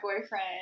boyfriend